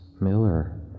Miller